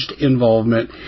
involvement